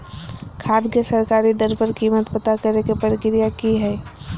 खाद के सरकारी दर पर कीमत पता करे के प्रक्रिया की हय?